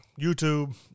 YouTube